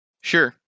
Sure